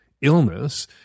illness